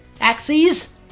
axes